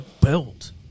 built